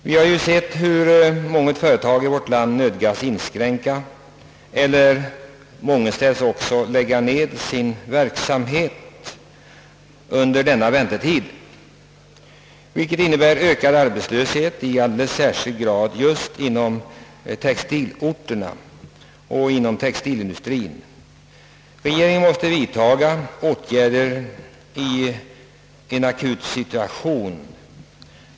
Vi har sett hur många företag i vårt land nödgats inskränka och mångenstädes också lägga ned sin verksamhet under denna väntetid, vilket medför ökad arbetslöshet i alldeles särskilt hög grad just på textilorterna.